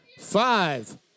five